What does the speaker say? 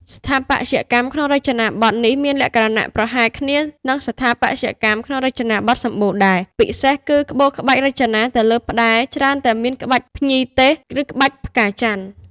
ស្ថាបត្យកម្មក្នុងរចនាប័ទ្មនេះមានលក្ខណៈប្រហែលគ្នានឹងស្ថាបត្យកម្មក្នុងរចនាប័ទ្មសំបូរដែរ ពិសេសគឺក្បូរក្បាច់រចនានៅលើផ្ដែរច្រើនតែមានក្បាច់ភ្ញីទេស ឬក្បាច់ផ្កាចន្ទន៍។